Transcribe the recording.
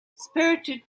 spirited